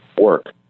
work